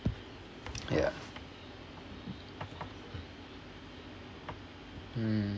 mm